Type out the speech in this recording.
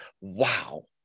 wow